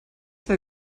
for